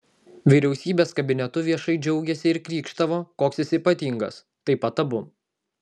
vyriausybės kabinetu viešai džiaugėsi ir krykštavo koks jis ypatingas taip pat abu